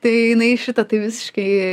tai jinai šitą tai visiškai